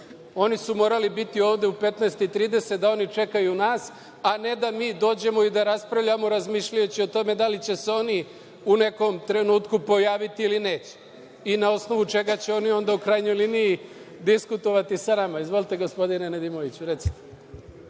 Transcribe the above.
su morali biti ovde u 15.30 časova i da oni čekaju nas, a ne da mi dođemo i da raspravljamo, razmišljajući o tome da li će se oni u nekom trenutku pojaviti ili neće i na osnovu čega će onda oni u krajnjoj liniji diskutovati sa nama. Izvolite gospodine Nedimoviću,